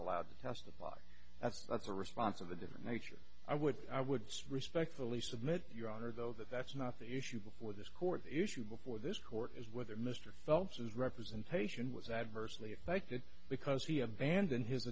allowed to testify that's that's a response of a different nature i would i would respectfully submit your honor though that that's not the issue before this court the issue before this court is whether mr phelps has representation was adversely affected because he abandoned his